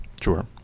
sure